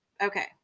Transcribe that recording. okay